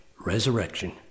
Resurrection